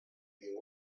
you